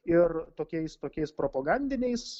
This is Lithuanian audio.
ir tokiais tokiais propagandiniais